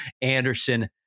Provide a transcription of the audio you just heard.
Anderson